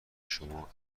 شما